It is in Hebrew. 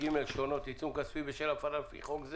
עיצום כספי62.